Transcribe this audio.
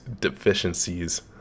deficiencies